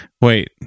Wait